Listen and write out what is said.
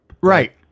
Right